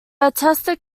attested